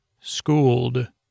schooled